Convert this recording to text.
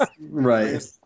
right